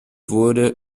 wurde